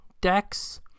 decks